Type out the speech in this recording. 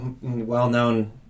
well-known